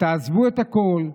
עזבו את הכול,